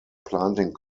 planting